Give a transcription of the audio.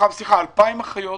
שהכנו אושרו 2,000 אחיות,